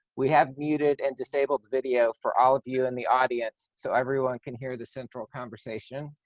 we have muted and disabled video for all of you in the audience, so everyone can hear the central conversation.